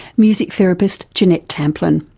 music therapist jeanette tamplin.